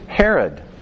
Herod